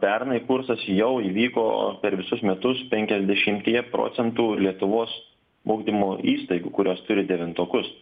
pernai kursas jau įvyko per visus metus penkiasdešimtyje procentų lietuvos ugdymo įstaigų kurios turi devintokus